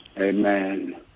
amen